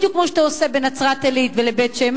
בדיוק כמו שאתה עושה בנצרת-עילית ובבית-שמש,